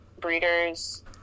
breeders